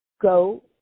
Go